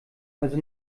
also